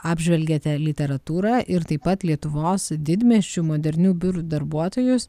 apžvelgiatė literatūrą ir taip pat lietuvos didmiesčių modernių biurų darbuotojus